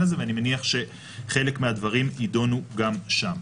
הזה ואני מניח שחלק מהדברים יידונו גם שם.